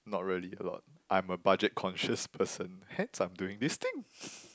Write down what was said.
not really a lot I'm a budget conscious person hence I'm doing this thing